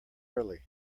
early